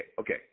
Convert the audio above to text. okay